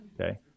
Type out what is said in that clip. Okay